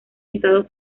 estado